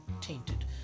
tainted